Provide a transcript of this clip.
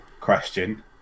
question